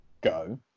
go